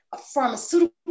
pharmaceutical